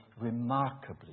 remarkably